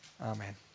amen